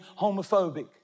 homophobic